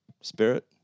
spirit